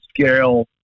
scale